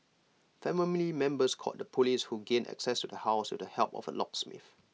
family members called the Police who gained access to the house with the help of A locksmith